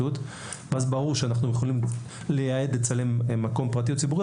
ואז ברור שאנחנו יכולים לייעד לצלם מקום פרטי או ציבורי